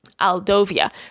Aldovia